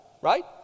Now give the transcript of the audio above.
right